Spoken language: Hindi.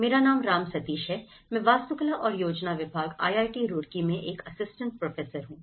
मेरा नाम राम सतीश है मैं वास्तुकला और योजना विभाग आईआईटी रुड़की में एक असिस्टेंट प्रोफेसर हूं